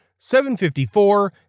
754